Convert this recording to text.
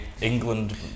England